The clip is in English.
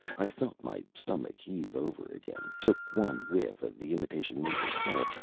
i felt my stomach heave over again, took one whiff of the imitation maple syrup,